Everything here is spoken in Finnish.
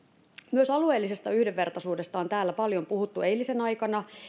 myös alueellisesta yhdenvertaisuudesta on täällä paljon puhuttu eilisen aikana